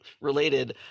related